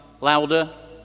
louder